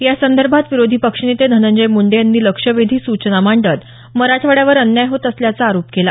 या संदर्भात विरोधी पक्षनेते धनंजय मुंडे यांनी लक्षवेधी सूचना मांडत मराठवाड्यावर अन्याय होत असल्याचा आरोप केला